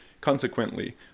Consequently